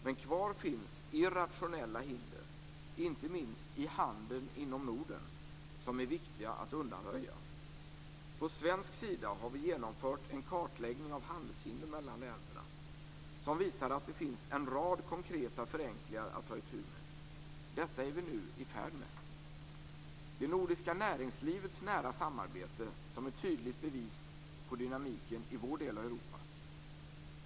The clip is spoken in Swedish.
Men kvar finns irrationella hinder, inte minst i handeln inom Norden som det är viktigt att undanröja. På svensk sida har vi genomfört en kartläggning av handelshindren mellan länderna som visar att det finns en rad konkreta förenklingar att ta itu med. Detta är vi nu i färd med. Det nordiska näringslivets nära samarbete är ett tydligt bevis på dynamiken i vår del av Europa.